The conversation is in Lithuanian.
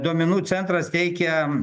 duomenų centras teikia